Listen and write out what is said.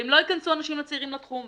ואם לא יכנסו אנשים צעירים לתחום,